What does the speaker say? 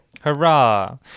Hurrah